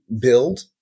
build